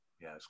Yes